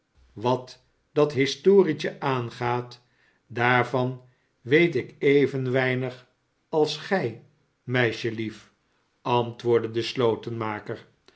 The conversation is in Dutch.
swat dat historietje aangaat daarvan weet ik even weinig als gij meisjelief antwoordde de